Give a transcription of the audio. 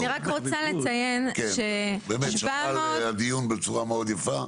באמת שמרה על הדיון בצורה מאוד יפה.